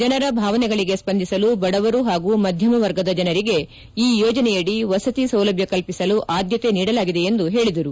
ಜನರ ಭಾವನೆಗಳಗೆ ಸ್ವಂದಿಸಲು ಬಡವರು ಹಾಗೂ ಮಧ್ಯಮ ವರ್ಗದ ಜನರಿಗೆ ಈ ಯೋಜನೆಯಡಿ ವಸತಿ ಸೌಲಭ್ಯ ಕಲ್ಪಿಸಲು ಆದ್ದತೆ ನೀಡಲಾಗಿದೆ ಎಂದು ಹೇಳಿದರು